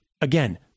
again